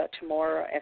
tomorrow